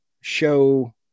show